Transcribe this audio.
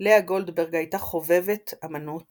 לאה גולדברג הייתה חובבת אמנות